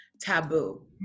taboo